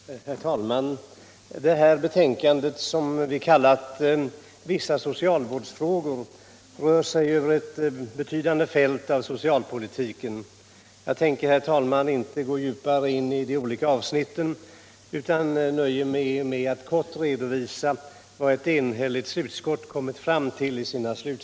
Herr talman! Det här betänkandet om ”vissa socialvårdsfrågor” rör e betydande filt av socialpolitiken. Jag tänker, herr talman, inte gå djupare in i de olika avsnitten utan nöjer mig med att helt kort redovisa vilka slutsatser ett enigt utskott kommit fram till.